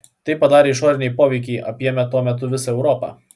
tai padarė išoriniai poveikiai apėmę tuo metu visą europą